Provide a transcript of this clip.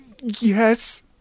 Yes